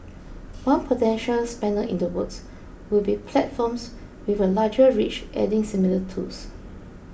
one potential spanner in the works would be platforms with a larger reach adding similar tools